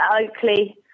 Oakley